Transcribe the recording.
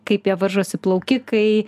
kaip jie varžosi plaukikai